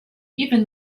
even